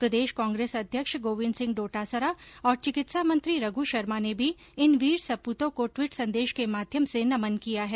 प्रदेश कांग्रेस अध्यक्ष गोविन्द सिंह डोटासरा चिकित्सा मंत्री रघु शर्मा ने भी इन वीर सप्तों को टवीट संदेश के माध्यम से नमन किया है